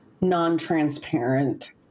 non-transparent